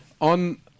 on